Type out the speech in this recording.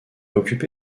occupé